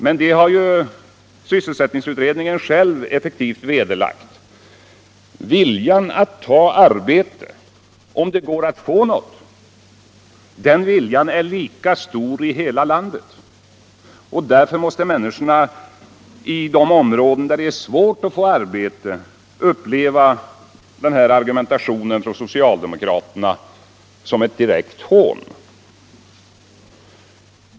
Men det har sysselsättningsutredningen själv effektivt vederlagt. Viljan att ta arbete — om det går att få något — är lika stor i hela landet. Därför måste människorna i de områden där det är svårt att få arbete uppleva denna argumentation från socialdemokraterna som ett direkt hån.